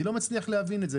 אני לא מצליח להבין את זה.